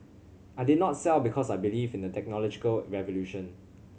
I did not sell because I believe in the technological revolution